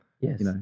Yes